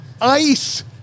ice